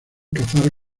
cazar